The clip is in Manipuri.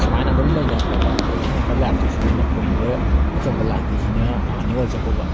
ꯁꯨꯃꯥꯏꯅ ꯑꯗꯨꯝ ꯂꯩꯅꯈ꯭ꯔꯦꯀꯣ ꯃꯊꯪ ꯑꯃꯨꯛꯀ ꯂꯥꯛꯇꯣꯏꯁꯤꯅ ꯑꯩꯅ ꯄꯣꯏꯟꯗ ꯃꯊꯪ ꯑꯃꯨꯛꯀ ꯂꯥꯛꯇꯣꯏꯁꯤꯅ ꯅꯤꯡꯉꯣꯜ ꯆꯥꯛꯀꯧꯕ